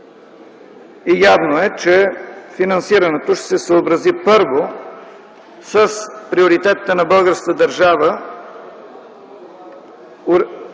Явно е, че финансирането ще се съобрази първо с приоритетите на българската държава,